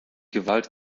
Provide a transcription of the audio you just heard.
gewalt